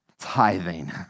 Tithing